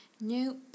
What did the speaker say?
nope